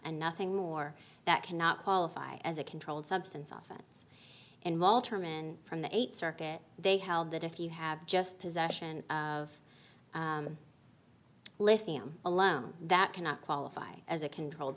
and nothing more that cannot qualify as a controlled substance often it's and walter men from the eighth circuit they held that if you have just possession of lithium alone that cannot qualify as a controlled